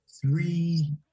three